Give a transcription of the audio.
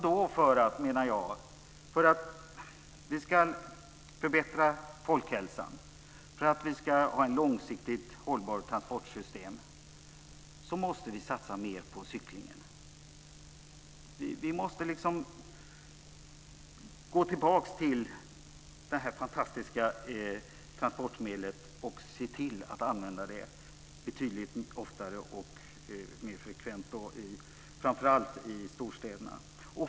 Då menar jag att för att vi ska förbättra folkhälsan och för att vi ska ha ett långsiktigt hållbart transportsystem måste vi satsa mer på cyklingen. Vi måste gå tillbaka till det här fantastiska transportmedlet och se till att använda det betydligt mer frekvent, framför allt i storstäderna.